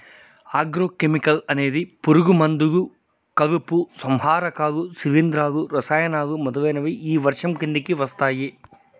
agro chemical అనేది పురుగు మందులు, కలుపు సంహారకాలు, శిలీంధ్రాలు, రసాయనాలు మొదలైనవి ఈ వర్గం కిందకి వస్తాయి